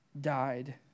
died